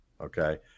Okay